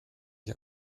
ich